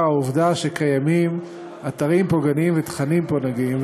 העובדה שקיימים אתרים פוגעניים ותכנים פוגעניים,